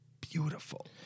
beautiful